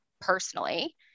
personally